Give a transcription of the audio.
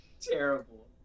terrible